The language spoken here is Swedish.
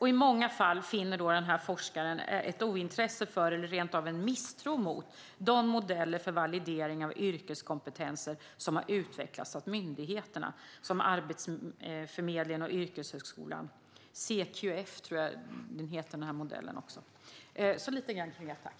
I många fall finner forskaren ett ointresse för eller rentav en misstro mot de modeller för validering av yrkeskompetenser som har utvecklats av myndigheter som Arbetsförmedlingen och Yrkeshögskolan inom SeQF, tror jag att det heter. Lite grann om det, tack!